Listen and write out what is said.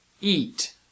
Eat